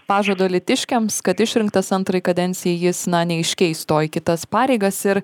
pažado alytiškiams kad išrinktas antrai kadencijai jis na neiškeis to į kitas pareigas ir